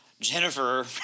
Jennifer